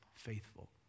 faithful